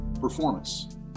performance